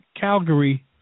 Calgary